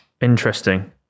Interesting